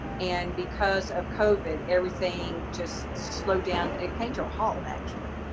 and because of covid, everything just slowed down. it came to a halt, actually.